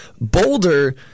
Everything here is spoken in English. Boulder